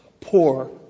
poor